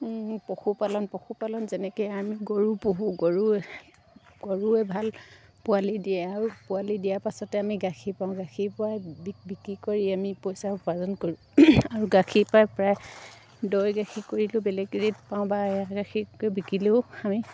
পশুপালন পশুপালন যেনেকৈ আমি গৰু পোহোঁ গৰু গৰুৱে ভাল পোৱালি দিয়ে আৰু পোৱালি দিয়াৰ পাছতে আমি গাখীৰ পাওঁ গাখীৰ পুৱাই বি বিক্ৰী কৰি আমি পইচা উপাৰ্জন কৰোঁ আৰু গাখীৰ পৰাই প্ৰায় দৈ গাখীৰ কৰিলেও বেলেগ ৰেট পাওঁ বা এৱা গাখীৰকৈ বিকিলেও আমি